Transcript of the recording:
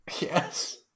Yes